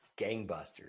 gangbusters